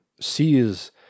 sees